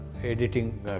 Editing